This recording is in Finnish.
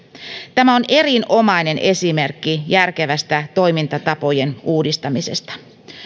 tämä on erinomainen esimerkki järkevästä toimintatapojen uudistamisesta